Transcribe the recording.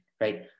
right